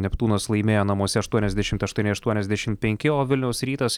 neptūnas laimėjo namuose aštuoniasdešimt aštuoni aštuoniasdešim penki o vilniaus rytas